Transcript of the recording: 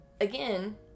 again